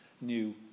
new